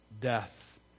death